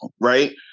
right